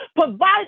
Provide